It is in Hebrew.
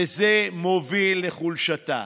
וזה מוביל לחולשתה.